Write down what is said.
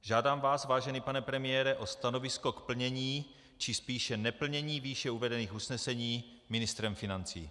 Žádám vás, vážený pane premiére, o stanovisko k plnění, či spíše neplnění výše uvedených usnesení ministrem financí.